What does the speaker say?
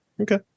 Okay